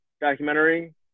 documentary